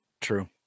true